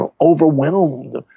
overwhelmed